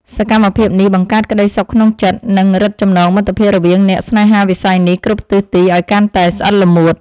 សកម្មភាពនេះបង្កើតក្តីសុខក្នុងចិត្ត និង រឹតចំណងមិត្តភាពរវាងអ្នកស្នេហាវិស័យនេះគ្រប់ទិសទីឱ្យកាន់តែស្អិតល្មួត។